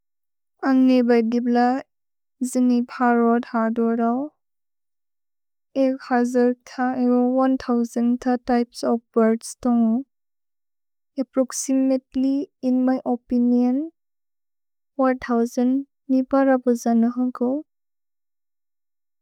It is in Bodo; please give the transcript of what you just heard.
अन्ग् ने बएगिब्ल जिनिपरो धदो रओ। एक् हज तएव् एक् हजर् त त्य्पेस् ओफ् बिर्द्स् तोन्ग्। अप्प्रोक्सिमतेल्य्, इन् म्य् ओपिनिओन्, छार् हजर् निप रपुज नहोको।